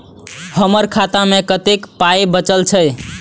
हमर खाता मे कतैक पाय बचल छै